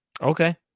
Okay